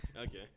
Okay